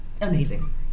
amazing